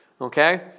Okay